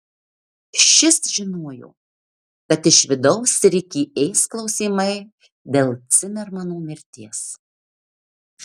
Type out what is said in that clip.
šis žinojo kad iš vidaus rikį ės klausimai dėl cimermano mirties